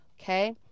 okay